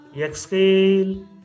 Exhale